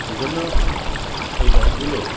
এই জন্য এই বাইকগুলো